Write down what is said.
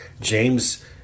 James